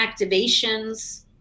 activations